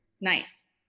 Nice